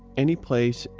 any place,